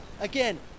Again